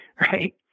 right